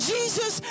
Jesus